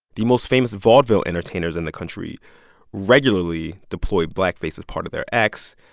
the most famous vaudeville entertainers in the country regularly deployed blackface as part of their acts.